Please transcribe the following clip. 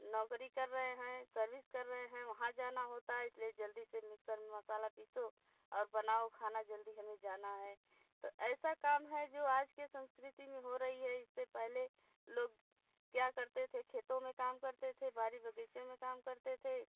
नौकरी कर रहे हैं सर्विस कर रहे हैं वहाँ जाना होता है इसलिए जल्दी से मिक्सर में मसाला पिसो और बनाओ खाना जल्दी हमें जाना है तो ऐसा काम है जो आज के संस्कृति में हो रही है इससे पहले लोग किया करते थे खेतों में काम करते थे बाड़ी बगीचे मे काम करते थे